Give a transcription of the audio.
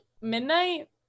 midnight